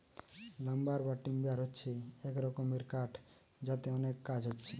lumber বা timber হচ্ছে এক রকমের কাঠ যাতে অনেক কাজ হচ্ছে